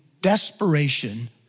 desperation